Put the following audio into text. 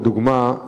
לדוגמה,